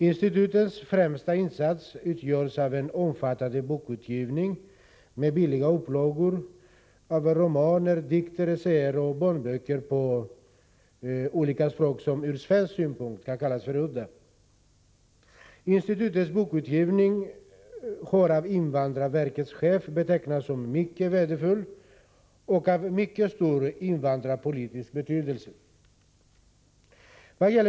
Institutets främsta insatser utgörs av en omfattande bokutgivning med billiga upplagor av romaner, dikter essäer och barnböcker på olika språk som ur svensk synpunkt kan kallas för udda. Institutets bokutgivning har av invandrarverkets chef betecknats som mycket värdefull och av mycket stor invandrarpolitisk betydelse.